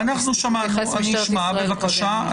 בבקשה.